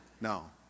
No